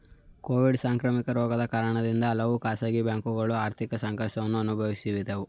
Covid ಸಾಂಕ್ರಾಮಿಕ ರೋಗದ ಕಾರಣದಿಂದ ಹಲವು ಖಾಸಗಿ ಬ್ಯಾಂಕುಗಳು ಆರ್ಥಿಕ ಸಂಕಷ್ಟವನ್ನು ಅನುಭವಿಸಿದವು